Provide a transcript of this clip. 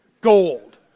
gold